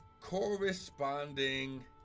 corresponding